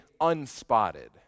unspotted